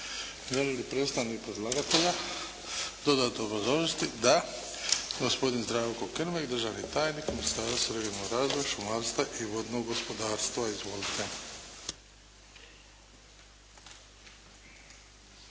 Želi li predstavnik predlagatelja dodatno obrazložiti? Da. Gospodin Zdravko Krmek, državni tajnik u Ministarstvu regionalnog razvoja, šumarstva i vodnog gospodarstva. Izvolite.